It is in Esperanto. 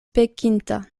pekinta